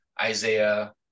Isaiah